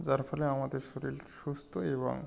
যার ফলে আমাদের শরীর সুস্থ এবং